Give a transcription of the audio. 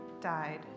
died